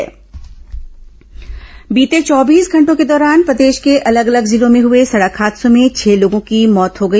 दुर्घटना बीते चौबीस घंटों के दौरान प्रदेश के अलग अलग जिलों में हुए सड़क हादसों में छह लोगों की मौत हो गई